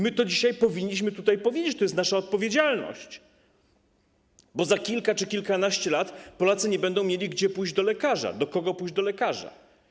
My to dzisiaj powinniśmy tutaj powiedzieć, to jest nasza odpowiedzialność, bo za kilka czy kilkanaście lat Polacy nie będą mieli gdzie pójść do lekarza, do kogo pójść do lekarza.